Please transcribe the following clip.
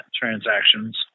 transactions